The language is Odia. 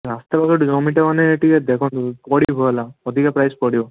ରାସ୍ତା ପାଖ ଜମିଟା ମାନେ ଟିକେ ଦେଖନ୍ତୁ ପଡ଼ିବ ହେଲା ଅଧିକା ପ୍ରାଇସ୍ ପଡ଼ିବ